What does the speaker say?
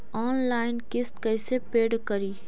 Online किस्त कैसे paid करि?